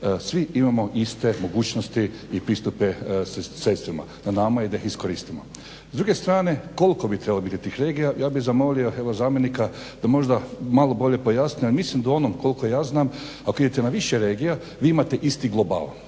svi imamo iste mogućnosti i pristupe sredstvima na nama je da ih iskoristimo. S druge strane koliko bi trebalo biti tih regija, ja bih zamolio zamjenika da možda malo bolje pojasni ali mislim da u onom koliko ja znam ako idete na više regija vi imate isti global.